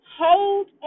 hold